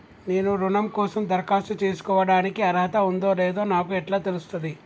నేను రుణం కోసం దరఖాస్తు చేసుకోవడానికి అర్హత ఉందో లేదో నాకు ఎట్లా తెలుస్తది?